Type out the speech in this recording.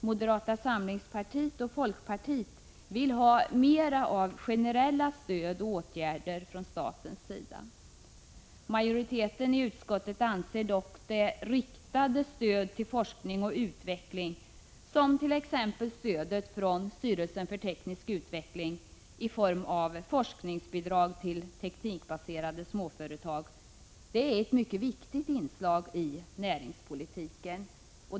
Moderata samlingspartiet och folkpartiet vill ha mera generella stöd och åtgärder från statens sida. Majoriteten i utskottet anser dock att det riktade stödet till forskning och utveckling, t.ex. stödet från styrelsen för teknisk utveckling i form av forskningsbidrag till teknikbaserade småföretag, är ett mycket viktigt inslag i näringspolitiken.